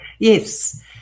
Yes